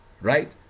right